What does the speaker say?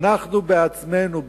אנחנו עצמנו,